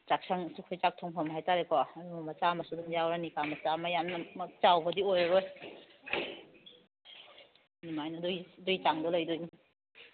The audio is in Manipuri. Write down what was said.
ꯆꯥꯛꯁꯪ ꯁꯤꯁꯦ ꯆꯥꯛ ꯊꯣꯡꯐꯝ ꯍꯥꯏꯇꯥꯔꯦꯀꯣ ꯑꯗꯨ ꯃꯆꯥ ꯃꯁꯨ ꯌꯥꯎꯔꯅꯤ ꯌꯥꯝꯅꯃꯛ ꯆꯥꯎꯕꯗꯤ ꯑꯣꯏꯔꯔꯣꯏ ꯑꯗꯨꯃꯥꯏꯅ ꯑꯗꯨꯒꯤ ꯆꯥꯡꯗ ꯂꯩꯗꯣꯏꯅꯤ